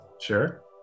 sure